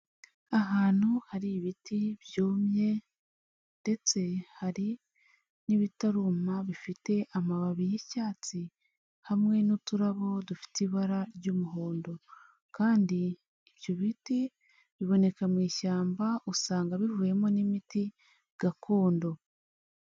Ahantu hari ibiti byumye ndetse hari n'ibitaruma bifite amababi y'icyatsi hamwe n'uturabo dufite ibara ry'umuhondo kandi ibyo biti biboneka mu ishyamba usanga bivuyemo n'imiti gakondo.